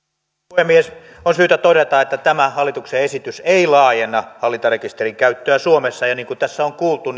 puhemies on syytä todeta että tämä hallituksen esitys ei laajenna hallintarekisterin käyttöä suomessa ja niin kuin tässä on kuultu